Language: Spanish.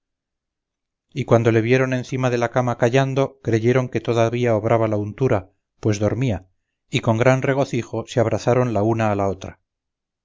y cuando le vieron encima de la cama callando creyeron que todavía obraba la untura pues dormía y con gran regocijo se abrazaron la una a la otra